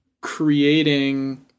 creating